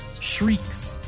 shrieks